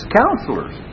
counselors